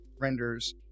renders